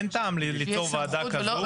אין טעם ליצור ועדה כזו.